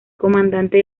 comandante